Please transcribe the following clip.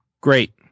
Great